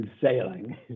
sailing